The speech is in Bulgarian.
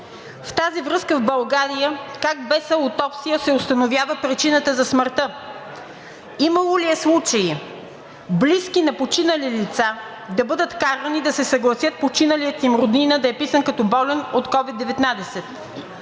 В тази връзка в България как без аутопсия се установява причината за смъртта? Имало ли е случаи близки на починали лица да бъдат карани да се съгласят починалият им роднина да е писан като болен от COVID-19?